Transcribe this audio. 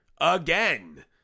Again